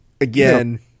again